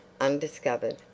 undiscovered